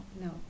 no